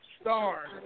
star